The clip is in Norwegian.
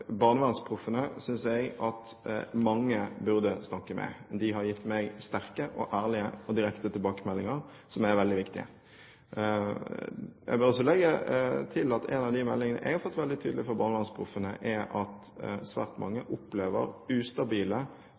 jeg at mange burde snakke med. De har gitt meg sterke og ærlige og direkte tilbakemeldinger, som er veldig viktige. Jeg bør også legge til at en av de tydelige meldingene som jeg har fått fra Barnevernsproffene, er at svært mange opplever ustabile